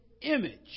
image